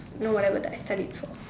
you know whatever that I studied for